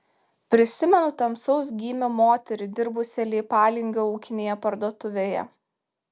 prisimenu tamsaus gymio moterį dirbusią leipalingio ūkinėje parduotuvėje